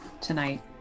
tonight